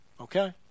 Okay